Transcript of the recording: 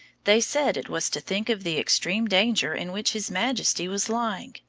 they said it was to think of the extreme danger in which his majesty was lying,